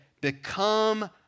become